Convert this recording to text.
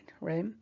right